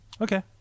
okay